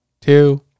two